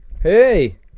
Hey